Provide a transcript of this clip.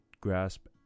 grasp